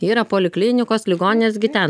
yra poliklinikos ligoninės gi ten